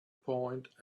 point